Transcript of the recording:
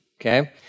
Okay